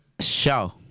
show